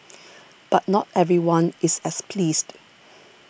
but not everyone is as pleased